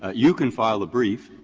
ah you can file a brief